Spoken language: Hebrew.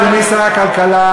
אדוני שר הכלכלה,